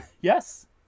Yes